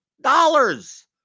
Dollars